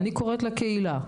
אני קוראת לקהילה,